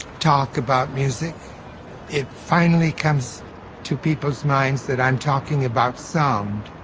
talk about music it finally comes to people's minds that i'm talking about sound,